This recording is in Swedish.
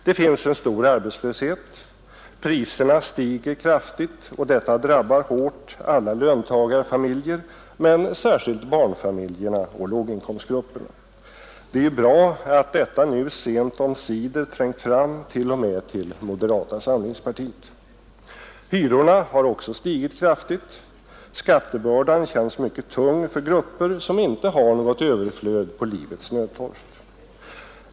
Det finns en stor arbetslöshet, priserna stiger kraftigt, och detta drabbar hårt alla löntagarfamiljer men särskilt barnfamiljerna och låginkomstgrupperna. Det är bra att detta nu sent omsider trängt fram till och med till moderata samlingspartiet. Hyrorna har också stigit kraftigt. Skattebördan känns mycket tung för grupper som inte har något överflöd på livets nödtorft.